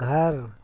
घर